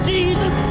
Jesus